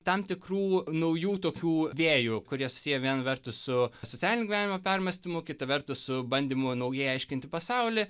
tam tikrų naujų tokių vėjų kurie susiję viena vertus su socialinio gyvenimo permąstymu kita vertus su bandymu naujai aiškinti pasaulį